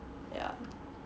yeah